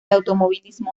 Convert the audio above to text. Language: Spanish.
automovilismo